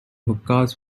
hookahs